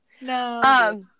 No